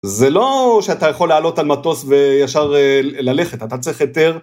זה לא שאתה יכול לעלות על מטוס וישר ללכת, אתה צריך יותר.